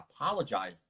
apologize